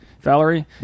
valerie